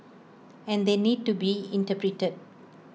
and they need to be interpreted